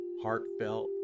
heartfelt